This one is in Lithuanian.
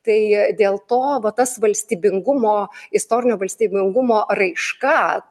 tai dėl to va tas valstybingumo istorinio valstybingumo raiška